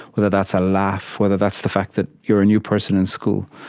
whether that's a laugh, whether that's the fact that you're a new person in school.